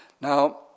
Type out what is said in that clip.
Now